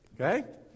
okay